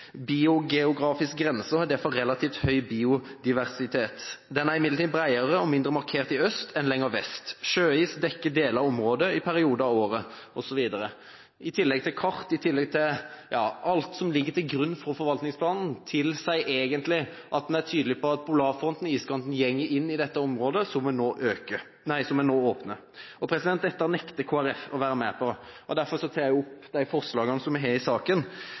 biogeografisk grense og har derfor relativt høy biodiversitet. Den er imidlertid bredere og mindre markert i øst enn lenger vest. Sjøis dekker deler av området i perioder av året.» Kart og alt som ligger til grunn for forvaltningsplanen, tilsier egentlig at en er tydelig på at polarfronten og iskanten går inn i dette området som en nå åpner. Dette nekter Kristelig Folkeparti å være med på. Derfor tar jeg opp de forslagene som vi har i saken.